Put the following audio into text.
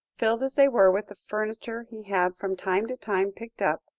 filled as they were with the furniture he had from time to time picked up,